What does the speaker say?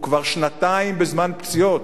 הוא כבר שנתיים בזמן פציעות,